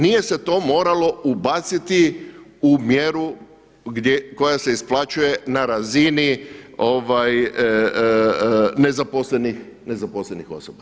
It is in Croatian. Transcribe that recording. Nije se to moralo ubaciti u mjeru koja se isplaćuje na razini nezaposlenih osoba.